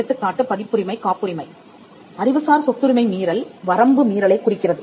எடுத்துக்காட்டு பதிப்புரிமை காப்புரிமை அறிவுசார் சொத்துரிமை மீறல் வரம்பு மீறலைக் குறிக்கிறது